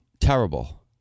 Terrible